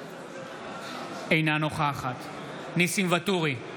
אינה נוכחת ניסים ואטורי,